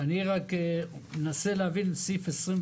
אני לא מתאבד על זה.